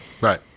Right